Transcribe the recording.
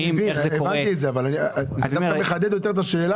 אלה לא תקנים חדשים.